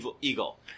eagle